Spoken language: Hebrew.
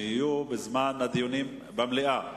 שיהיו בזמן הדיונים במליאה.